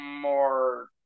more